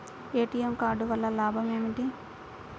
ATM card వల్ల లాభం ఏమిటి?